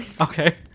Okay